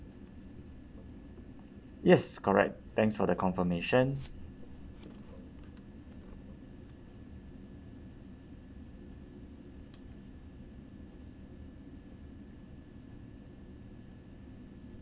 yes correct thanks for the confirmation